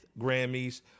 grammys